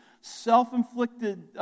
self-inflicted